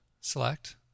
select